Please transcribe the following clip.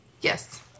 Yes